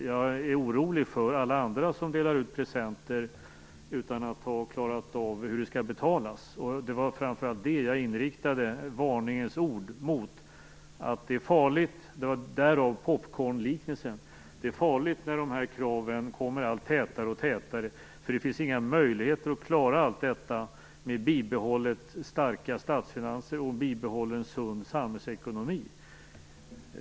Jag är orolig för alla andra som delar ut presenter utan att ha klarat av betalningen. Mot detta riktade jag ett varningens ord. Därav popcornliknelsen. Jag sade att det är farligt när de här kraven kommer allt tätare. Det finns nämligen inga möjligheter att klara allt detta, med bibehållna starka statsfinanser och bibehållen sund samhällsekonomi.